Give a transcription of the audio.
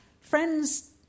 friends